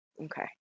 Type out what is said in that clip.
Okay